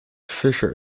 fisher